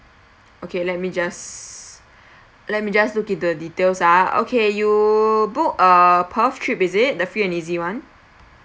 okay let me just let me just to look in the details ah okay you booked uh perth trip is it the free and easy one